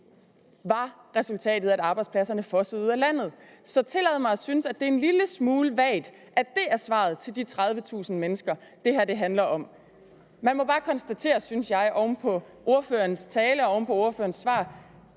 var resultatet, at arbejdspladserne fossede ud af landet. Så tillad mig at synes, at det er en lille smule vagt, at det er svaret til de 30.000 mennesker, som det her handler om. Man må bare konstatere, synes jeg, oven på ordførerens tale og ordførerens svar,